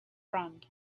front